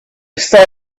saw